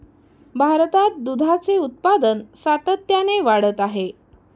भारतात दुधाचे उत्पादन सातत्याने वाढत आहे